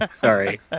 sorry